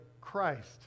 Christ